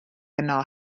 yno